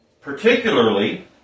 Particularly